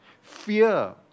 Fear